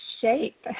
shape